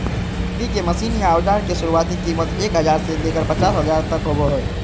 खेती के मशीन या औजार के शुरुआती कीमत एक हजार से लेकर पचास हजार तक होबो हय